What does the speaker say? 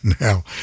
now